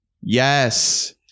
Yes